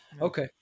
Okay